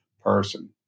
person